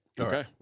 Okay